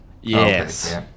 Yes